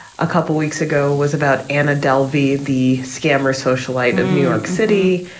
a couple weeks ago was about an adele v the scammer socialite in new york city.